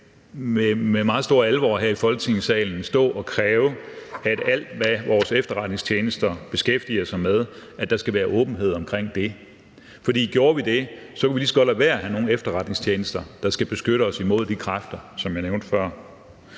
med meget stor alvor her i Folketingssalen stå og kræve, at alt, hvad vores efterretningstjenester beskæftiger sig med, skal der være åbenhed omkring. For gjorde vi det, kunne vi lige så godt lade være med at have nogen efterretningstjenester, der skal beskytte os imod de kræfter, som jeg nævnte før.